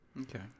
Okay